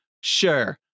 Sure